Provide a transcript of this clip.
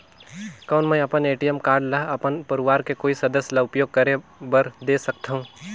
कौन मैं अपन ए.टी.एम कारड ल अपन परवार के कोई सदस्य ल उपयोग करे बर दे सकथव?